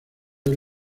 hoy